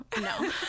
No